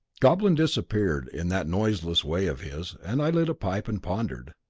goblin disappeared in that noiseless way of his, and i lit a pipe and pondered.